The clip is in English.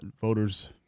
voters